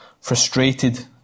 frustrated